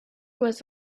was